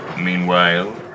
Meanwhile